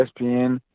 espn